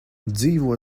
dzīvo